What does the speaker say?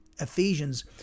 Ephesians